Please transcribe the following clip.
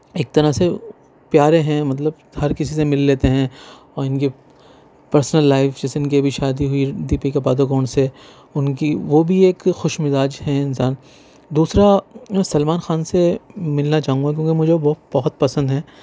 ایک طرح سے پیارے ہیں مطلب ہر کسی سے مل لیتے ہیں اور ان کی پرسنل لائف جیسے ان کی ابھی شادی ہوئی دیپیکا پادوکون سے ان کی وہ بھی ایک خوش مزاج ہیں انسان دوسرا سلمان خان سے ملنا چاہوں گا کیونکہ مجھے وہ بہت پسند ہیں